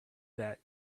that